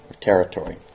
territory